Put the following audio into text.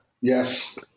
Yes